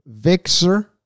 vixer